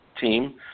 team